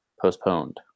postponed